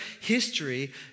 history